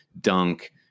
Dunk